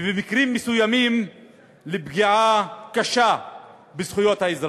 ובמקרים מסוימים לפגיעה קשה בזכויות האזרח.